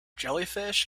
jellyfish